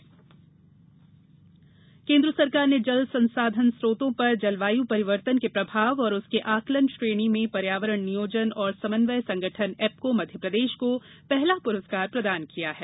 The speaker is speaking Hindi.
जलवायु पुरस्कार केन्द्र सरकार ने जल संसाधन स्त्रोतों पर जलवाय परिवर्तन के प्रभाव और उसके आकलन श्रेणी में पर्यावरण नियोजन और समन्वय संगठन एप्को मध्यप्रदेश को पहला पुरस्कार प्रदान किया है